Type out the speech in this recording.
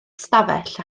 stafell